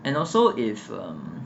and also if uh